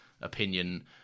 opinion